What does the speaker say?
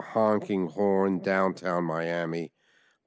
honking horn downtown miami